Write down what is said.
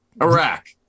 iraq